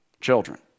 children